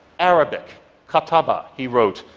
arabic kataba, he wrote,